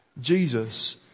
Jesus